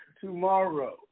tomorrow